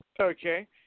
Okay